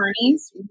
attorneys